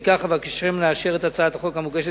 לפיכך אבקשכם לאשר את הצעת החוק המוגשת